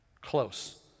Close